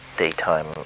daytime